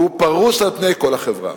הוא פרוס על פני כל החברה.